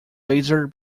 laser